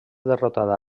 derrotada